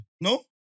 no